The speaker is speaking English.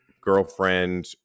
girlfriend